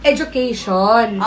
Education